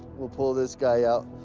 we'll pull this guy out.